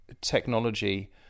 technology